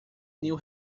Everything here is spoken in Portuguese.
new